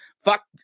Fuck